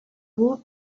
بود